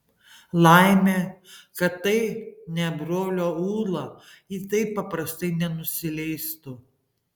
laimė kad tai ne brolio ūla ji taip paprastai nenusileistų